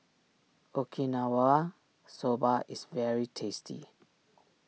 Okinawa Soba is very tasty